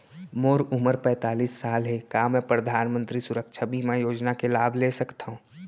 मोर उमर पैंतालीस साल हे का मैं परधानमंतरी सुरक्षा बीमा योजना के लाभ ले सकथव?